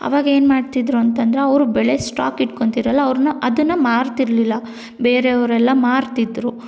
ಅವಾಗ ಏನು ಮಾಡ್ತಿದ್ರು ಅಂತೆಂದ್ರೆ ಅವರು ಬೆಳೆ ಸ್ಟಾಕ್ ಇಟ್ಕೊಳ್ತಿರಲ್ಲ ಅವ್ರನ್ನ ಅದನ್ನು ಮಾರ್ತಿರ್ಲಿಲ್ಲ ಬೇರೆಯವರೆಲ್ಲ ಮಾರ್ತಿದ್ರು